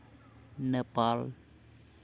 Nepal